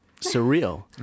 surreal